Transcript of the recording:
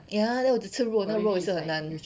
ya then 我只吃肉那个肉也是很难